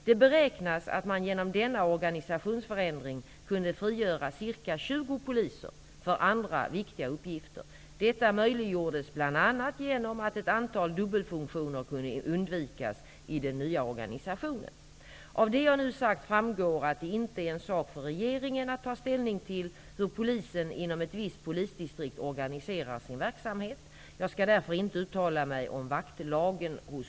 Det beräknas att man genom denna organisationsförändring kunde frigöra ca 20 poliser för andra viktiga uppgifter. Detta möjliggjordes bl.a. genom att ett antal dubbelfunktioner kunde undvikas i den nya organisationen. Av det jag nu sagt framgår att det inte är en sak för regeringen att ta ställning till hur Polisen inom ett visst polisdistrikt organiserar sin verksamhet. Jag skall därför inte uttala mig om vaktlagen hos